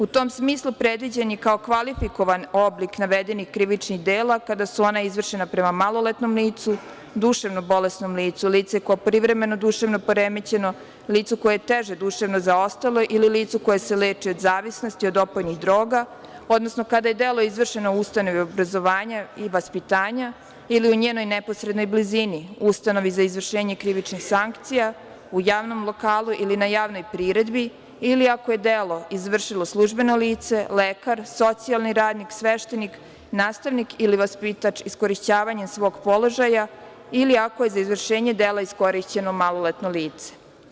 U tom smislu, predviđen je kao kvalifikovan oblik navedenih krivičnih dela kada su ona izvršena prema maloletnom licu, duševno bolesnom licu, licu koje je privremeno duševno poremećeno, licu koje je teže duševno zaostalo ili licu koje se leči od zavisnosti od opojnih droga, odnosno kada je delo izvršeno u ustanovi obrazovanja i vaspitanja ili u njenoj neposrednoj blizini, ustanovi za izvršenje krivičnih sankcija, javnom lokalu ili na javnoj priredbi ili ako je delo izvršilo službeno lice – lekar, socijalni radnik, sveštenik, nastavnik ili vaspitač; iskorišćavanjem svog položaja ili ako je za izvršenje dela iskorišćeno maloletno lice.